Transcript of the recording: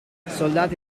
soldati